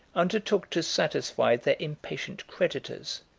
undertook to satisfy their impatient creditors,